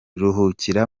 ruhukira